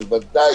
זה דבר